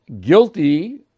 guilty